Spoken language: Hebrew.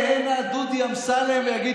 שעוד הפעם יעלה הנה דודי אמסלם ויגיד